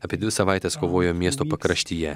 apie dvi savaites kovojo miesto pakraštyje